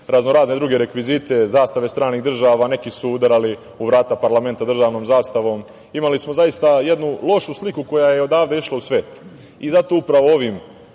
raznorazne druge rekvizite, zastave stranih država. Neki su udarali u vrata parlamenta državnom zastavom. Imali smo zaista jednu lošu sliku koja je odavde išla u svet i zato upravo ovim